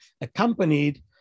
accompanied